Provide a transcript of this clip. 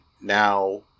now